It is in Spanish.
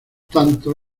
tanto